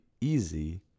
easy